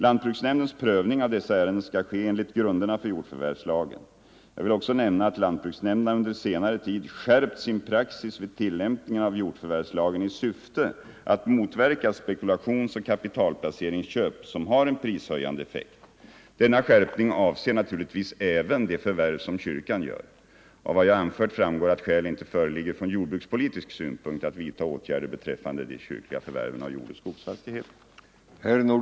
Lant | bruksnämndens prövning av dessa ärenden skall ske enligt grunderna | förjordförvärvslagen. Jag vill också nämna att lantbruksnämnderna under | senare tid skärpt sin praxis vid tillämpningen av jordförvärvslagen i syfte | att motverka spekulationsoch kapitalplaceringsköp, som har en pris | höjande effekt. Denna skärpning avser naturligtvis även de förvärv som | kyrkan gör. Av vad jag anfört framgår att skäl inte föreligger från jordbrukspolitisk synpunkt att vidta åtgärder beträffande de kyrkliga förvärven av jordoch skogsfastigheter.